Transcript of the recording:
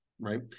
right